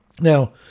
Now